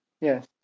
Yes